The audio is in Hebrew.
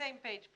באותו מקום כאן.